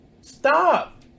Stop